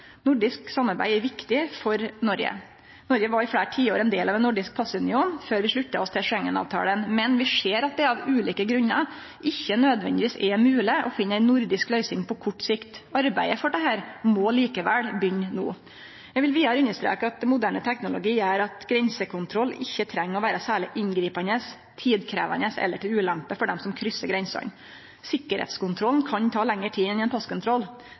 Nordisk samarbeid er viktig for Noreg. Noreg var i fleire tiår ein del av ein nordisk passunion, før vi slutta oss til Schengen-avtalen, men vi ser at det av ulike grunnar ikkje nødvendigvis er mogleg å finne ei nordisk løysing på kort sikt. Arbeidet for dette må likevel begynne no. Eg vil vidare understreke at moderne teknologi gjer at grensekontroll ikkje treng å vere særleg inngripande, tidkrevjande eller til ulempe for dei som kryssar grensene. Sikkerheitskontrollen kan ta lengre tid enn ein passkontroll.